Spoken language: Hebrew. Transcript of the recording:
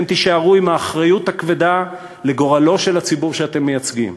ואתם תישארו עם האחריות הכבדה לגורלו של הציבור שאתם מייצגים.